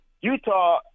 Utah